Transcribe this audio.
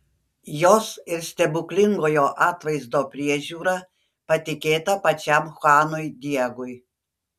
jos ir stebuklingojo atvaizdo priežiūra patikėta pačiam chuanui diegui